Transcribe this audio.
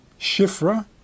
Shifra